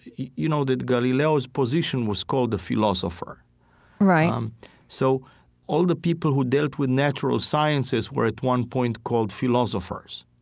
you know, that galileo's position was called a philosopher right um so all the people who dealt with natural sciences were at one point called philosophers.